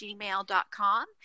gmail.com